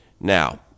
Now